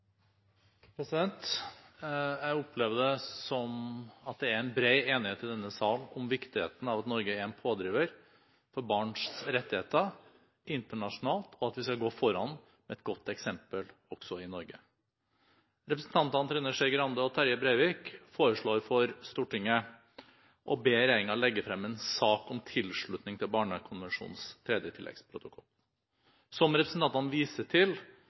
enighet i denne sal om viktigheten av at Norge er en pådriver for barns rettigheter internasjonalt, og at vi skal gå foran med et godt eksempel også i Norge. Representantene Trine Skei Grande og Terje Breivik foreslår for Stortinget å be regjeringen legge frem en sak om tilslutning til Barnekonvensjonens tredje tilleggsprotokoll. Som representantene viser til,